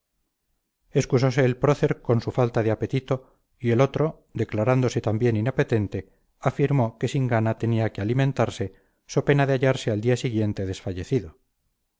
excusose el prócer con su falta de apetito y el otro declarándose también inapetente afirmó que sin gana tenía que alimentarse so pena de hallarse al día siguiente desfallecido